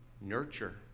nurture